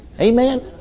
Amen